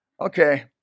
Okay